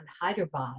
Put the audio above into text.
Hyderabad